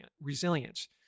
resilience